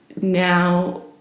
now